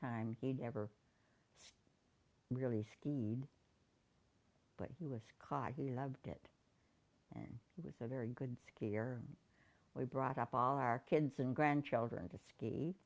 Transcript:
time he'd ever really skied but he was cause he loved it i was a very good skier we brought up all our kids and grandchildren to ski